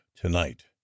tonight